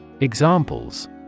Examples